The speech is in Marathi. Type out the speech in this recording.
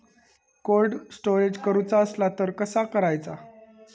कोल्ड स्टोरेज करूचा असला तर कसा करायचा?